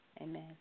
Amen